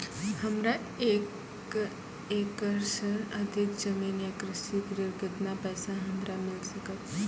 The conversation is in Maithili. हमरा एक एकरऽ सऽ अधिक जमीन या कृषि ऋण केतना पैसा हमरा मिल सकत?